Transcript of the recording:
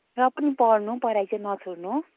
र पनि पढ्नु पढाइ चाहिँ नछोड्नु